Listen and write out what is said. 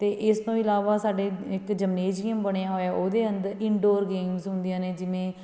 ਅਤੇ ਇਸ ਤੋਂ ਇਲਾਵਾ ਸਾਡੇ ਇੱਕ ਜਮਨੇਜੀਅਮ ਬਣਿਆ ਹੋਇਆ ਉਹਦੇ ਅੰਦਰ ਇਨਡੋਰ ਗੇਮਸ ਹੁੰਦੀਆਂ ਨੇ ਜਿਵੇਂ